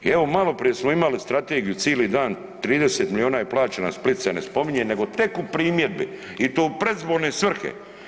Evo maloprije smo imali strategiju cili dan 30 milijuna plaćena, Split se ne spominje nego tek u primjedbi i to u predizborne svrhe.